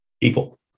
people